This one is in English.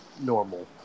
normal